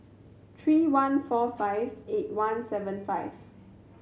three one four five eight one seven five